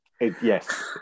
yes